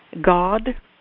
God